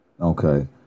Okay